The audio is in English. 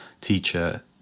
teacher